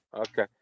Okay